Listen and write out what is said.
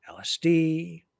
LSD